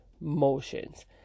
Motions